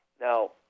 Now